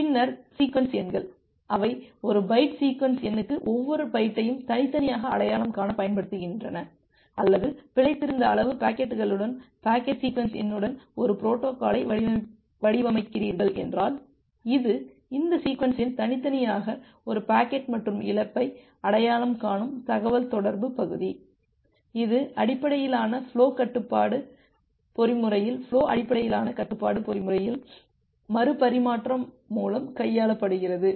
பின்னர் சீக்வென்ஸ் எண்கள் அவை ஒரு பைட் சீக்வென்ஸ் எண்ணுக்கு ஒவ்வொரு பைட்டையும் தனித்தனியாக அடையாளம் காண பயன்படுகின்றன அல்லது பிழைத்திருத்த அளவு பாக்கெட்டுகளுடன் பாக்கெட் சீக்வென்ஸ் எண்ணுடன் ஒரு பொரோட்டோகாலை வடிவமைக்கிறீர்கள் என்றால் இது இந்த சீக்வென்ஸ் எண் தனித்தனியாக ஒரு பாக்கெட் மற்றும் இழப்பை அடையாளம் காணும் தகவல்தொடர்பு பகுதி இது அடிப்படையிலான ஃபுலோ கட்டுப்பாட்டு பொறிமுறையில் ஃபுலோ அடிப்படையிலான கட்டுப்பாட்டு பொறிமுறையில் மறுபரிமாற்றம் மூலம் கையாளப்படுகிறது